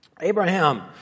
Abraham